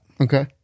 Okay